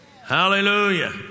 Hallelujah